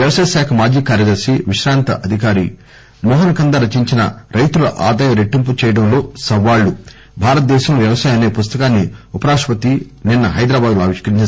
వ్యవసాయ శాఖ మాజీ కార్యదర్శి విశ్రాంత అధికారి మోహన కందా రచించిన రైతుల ఆదాయం రెట్టింపు చేయడంలో సవాళ్లు భారతదేశంలో వ్యవసాయం అనే పుస్తకాన్ని ఉప రాష్టపతి హైదరాబాదులో అవిష్కరిందారు